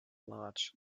large